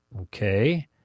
Okay